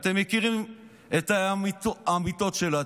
אתם מכירים את האמיתות שלה,